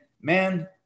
man